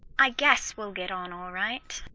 i guess we'll get on all right,